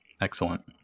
Excellent